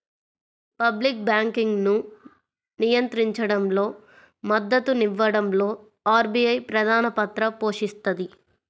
public బ్యాంకింగ్ను నియంత్రించడంలో, మద్దతునివ్వడంలో ఆర్బీఐ ప్రధానపాత్ర పోషిస్తది